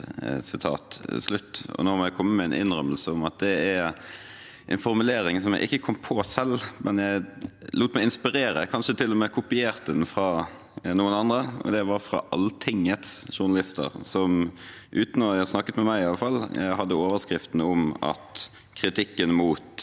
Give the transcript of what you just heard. Nå må jeg komme med en innrømmelse, for det er en formulering som jeg ikke kom på selv, men jeg lot meg inspirere og har kanskje til og med kopiert den fra noen andre, og det var fra Altingets journalister, som uten å ha snakket med meg iallfall hadde overskriften om at kritikken mot